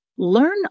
Learn